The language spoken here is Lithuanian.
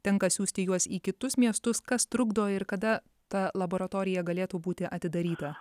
tenka siųsti juos į kitus miestus kas trukdo ir kada ta laboratorija galėtų būti atidaryta